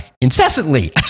incessantly